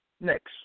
Next